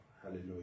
Hallelujah